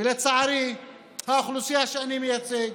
ולצערי האוכלוסייה שאני מייצג,